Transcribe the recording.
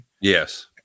Yes